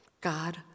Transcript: God